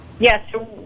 Yes